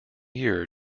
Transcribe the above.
year